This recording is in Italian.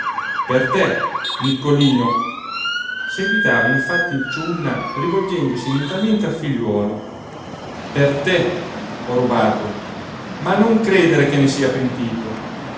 per te niccolino seguitava infatti il ciunna rivolgendosi mentalmente al figliuolo per te ho rubato ma non credere che ne sia pentito